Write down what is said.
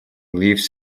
leaves